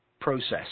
process